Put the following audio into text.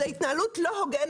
זאת התנהלות לא הוגנת.